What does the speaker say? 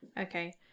Okay